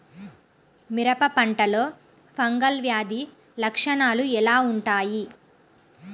మిరప పంటలో ఫంగల్ వ్యాధి లక్షణాలు ఎలా వుంటాయి?